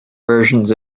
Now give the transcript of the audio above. versions